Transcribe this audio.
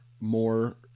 more